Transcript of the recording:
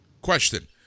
Question